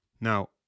Now